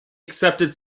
accepted